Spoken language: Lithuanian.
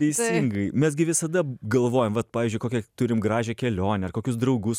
teisingai mes gi visada galvojam vat pavyzdžiui kokią turim gražią kelionę ar kokius draugus